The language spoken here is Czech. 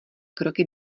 kroky